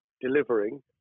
delivering